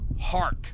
hark